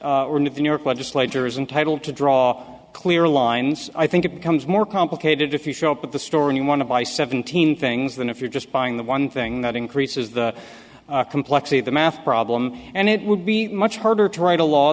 or new york legislature is entitled to draw clear lines i think it becomes more complicated if you shop at the store and you want to buy seventeen things than if you're just buying the one thing that increases the complexity of the math problem and it would be much harder to write a law